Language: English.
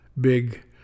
big